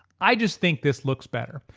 i just think this looks better.